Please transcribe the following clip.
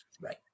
Right